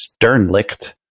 Sternlicht